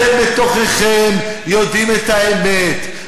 אתם בתוככם יודעים את האמת,